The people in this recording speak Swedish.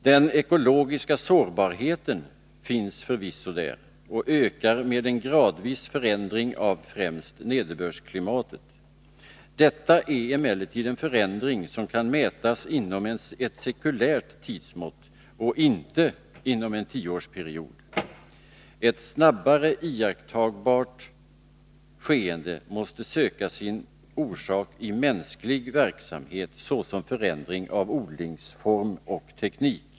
Den ekologiska sårbarheten finns förvisso där och ökar med en gradvis förändring av främst nederbördsklimatet. Detta är emellertid en förändring som kan mätas inom ett sekulärt tidsmått och inte inom en tioårsperiod. Ett snabbare iakttagbart skeende måste söka sin orsak i mänsklig verksamhet såsom förändring av odlingsform och teknik.